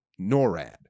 NORAD